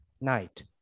night